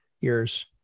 years